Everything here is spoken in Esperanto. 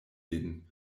lin